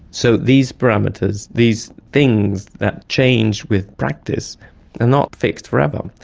so these parameters, these things that change with practice, they are not fixed forever. um